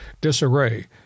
disarray